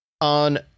on